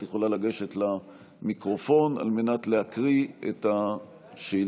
את יכולה לגשת למיקרופון על מנת להקריא את השאילתה.